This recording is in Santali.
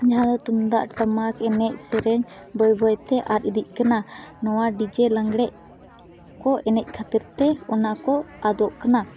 ᱡᱟᱦᱟᱸ ᱛᱩᱢᱫᱟᱜ ᱴᱟᱢᱟᱠ ᱮᱱᱮᱡ ᱥᱮᱨᱮᱧ ᱵᱟᱹᱭ ᱵᱟᱹᱭᱛᱮ ᱟᱫ ᱤᱫᱤᱜ ᱠᱟᱱᱟ ᱱᱚᱣᱟ ᱰᱤᱡᱮ ᱞᱟᱸᱜᱽᱲᱮ ᱠᱚ ᱮᱱᱮᱡ ᱠᱷᱟᱹᱛᱤᱨ ᱛᱮ ᱚᱱᱟ ᱠᱚ ᱟᱫᱚᱜ ᱠᱟᱱᱟ